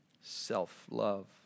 self-love